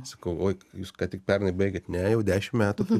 sakau oi jūs ką tik pernai baikit ne jau dešimt metų